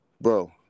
bro